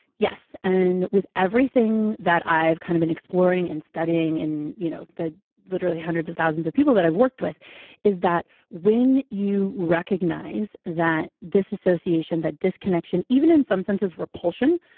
yes. and with everything that i've kind of been exploring and studying in you know the literally hundreds of thousands of people that i've worked with is that when you recognize that disassociation, that disconnection, even in some senses, repulsion,